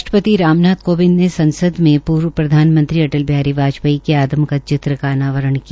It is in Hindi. राष्ट्रपति राम नाथ कोविंद ने संसद में पूर्व प्रधानमंत्री अटल बिहारी वाजपेयी के आदमकद चित्र का अनावरण किया